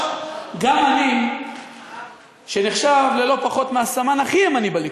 גם אני שנחשב ללא פחות מהסמן הכי ימני בליכוד,